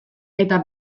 eta